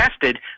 tested